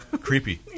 Creepy